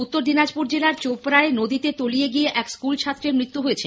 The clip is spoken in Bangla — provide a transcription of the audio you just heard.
উত্তর দিনাজপুর জেলার চোপড়ায় নদীতে তলিয়ে গিয়ে এক স্কুল ছাত্রের মৃত্যু হয়েছে